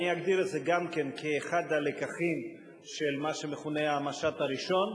אני אגדיר את זה גם כן כאחד הלקחים של מה שמכונה המשט הראשון.